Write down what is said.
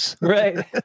Right